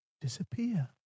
disappear